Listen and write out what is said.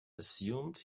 assumed